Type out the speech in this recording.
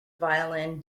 violin